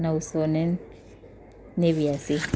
નવસો ને નેવ્યાશી